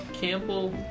Campbell